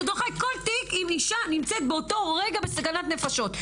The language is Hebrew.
זה דוחה כל תיק אם אישה נמצאת באותו רגע בסכנת נפשות.